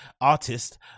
artist